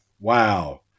wow